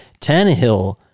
Tannehill